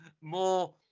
more